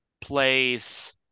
plays